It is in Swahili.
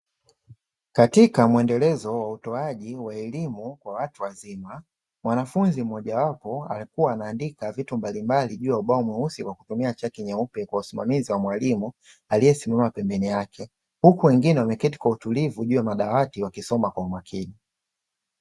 Katika mwendelezo wa utoaji wa elimu kwa watu wazima mwanafunzi mmojawapo alikuwa ameandika vitu mbalimbali juu ya ubao wote wa kutumia chaki nyeupe kwa wasimamizi wa mwalimu aliyesimama pembeni yake huku wengine wameketi kwa utulivu juu ya madawati wakisoma kwa umakini.